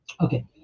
Okay